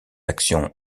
actions